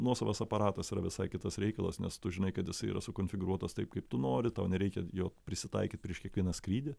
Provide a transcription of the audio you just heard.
nuosavas aparatas yra visai kitas reikalas nes tu žinai kad jisai yra sukonfigūruotas taip kaip tu nori tau nereikia jo prisitaikyt prieš kiekvieną skrydį